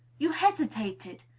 you hesitated.